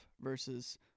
versus